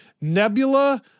Nebula